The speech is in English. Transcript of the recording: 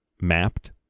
mapped